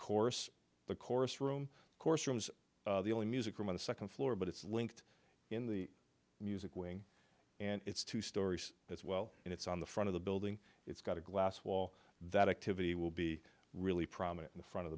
course the course room of course rooms the only music room on the second floor but it's linked in the music wing and it's two stories as well and it's on the front of the building it's got a glass wall that activity will be really prominent in the front of